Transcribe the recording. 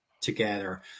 together